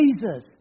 Jesus